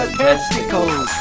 testicles